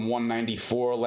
194